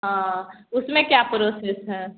हाँ उसमें क्या प्रोसेस है